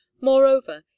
Moreover